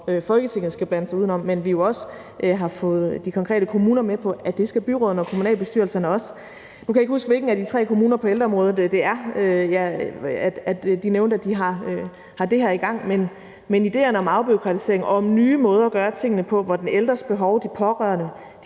Folketinget blander sig udenom, men vi har jo fået de konkrete kommuner med på, at det skal byrådene og kommunalbestyrelserne også. Nu kan jeg ikke huske, i hvilken af de tre kommuner de nævnte, at de har det her i gang på ældreområdet. Men idéerne om afbureaukratisering og om nye måder at gøre tingene på, hvor de ældres behov, de pårørende